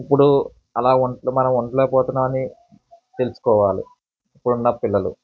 ఇప్పుడూ అలా మనం ఉండలేకపోతున్నామని తెలుసుకోవాలి ఇప్పుడున్న పిల్లలు